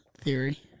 theory